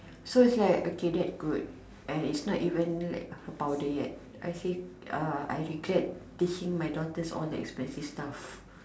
so it's like okay that good and it's not even like a powder yet I say uh I regret teaching my daughters all the expensive stuff